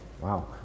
wow